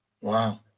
Wow